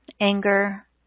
anger